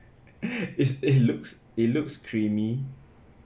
is it looks it looks creamy